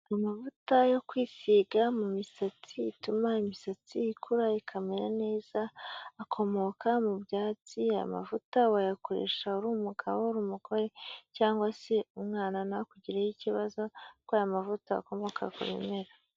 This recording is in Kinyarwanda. Amavuta yo kwisiga mu misatsi atuma imisatsi ikura ikamera neza, akomoka mu byatsi, aya mavuta wayakoresha uri umugabo uri umugore cyangwa se umwana ntakugireho ikibazo kuko aya mavuta akomoka ku bimera.